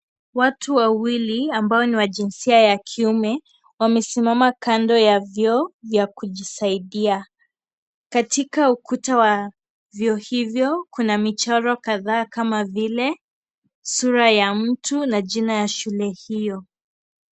Watu wawili ambao ni wa jinsia ya kiume wamesimama kando ya vyoo vya kujisaidia katika ukuta wa vyoo hivyo kuna michoro kadhaa kama vile sura ya mtu na jina ya shule hiyo.